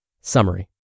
Summary